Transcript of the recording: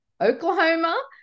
Oklahoma